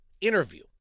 interview